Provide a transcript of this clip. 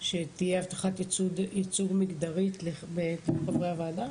שתהיה הבטחת ייצוג מגדרי בקרב חברי הוועדה?